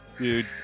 Dude